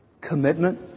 commitment